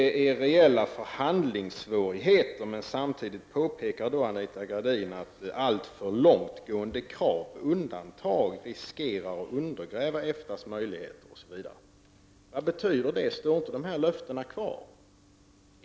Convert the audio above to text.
Det är reella förhandlingssvårigheter, men samtidigt påpekar Anita Gradin att alltför långtgående krav och undantag riskerar att undergräva EFTAs möjligheter. Vad betyder det? Står inte löftena kvar?